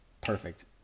perfect